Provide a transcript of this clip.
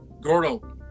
Gordo